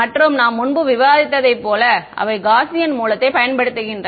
மற்றும் நாம் முன்பு விவாதித்ததைப் போல அவை காஸியன் மூலத்தை பயன்படுத்துகின்றன